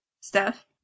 Steph